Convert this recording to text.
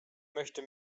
möchte